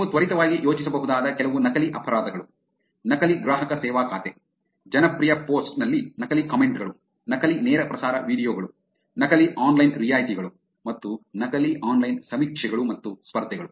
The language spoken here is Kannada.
ನೀವು ತ್ವರಿತವಾಗಿ ಯೋಚಿಸಬಹುದಾದ ಕೆಲವು ನಕಲಿ ಅಪರಾಧಗಳು ನಕಲಿ ಗ್ರಾಹಕ ಸೇವಾ ಖಾತೆ ಜನಪ್ರಿಯ ಪೋಸ್ಟ್ ನಲ್ಲಿ ನಕಲಿ ಕಾಮೆಂಟ್ ಗಳು ನಕಲಿ ನೇರ ಪ್ರಸಾರ ವೀಡಿಯೊ ಗಳು ನಕಲಿ ಆನ್ಲೈನ್ ರಿಯಾಯಿತಿಗಳು ಮತ್ತು ನಕಲಿ ಆನ್ಲೈನ್ ಸಮೀಕ್ಷೆಗಳು ಮತ್ತು ಸ್ಪರ್ಧೆಗಳು